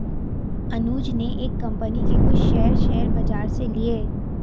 अनुज ने एक कंपनी के कुछ शेयर, शेयर बाजार से लिए